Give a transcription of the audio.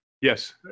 Yes